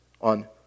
on